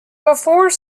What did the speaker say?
before